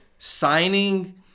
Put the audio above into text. Signing